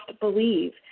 believe